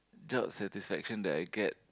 top satisfaction that I get